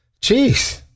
Jeez